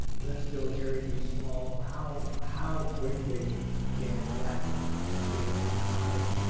let's build turie t. small. how how quickly can that get accomplished?